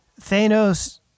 Thanos